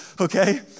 okay